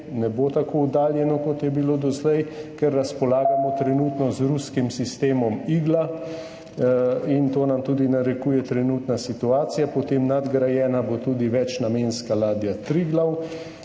ne bo tako oddaljeno, kot je bilo doslej, ker razpolagamo trenutno z ruskim sistemom Igla. To nam narekuje tudi trenutna situacija. Potem bo nadgrajena tudi večnamenska ladja Triglav.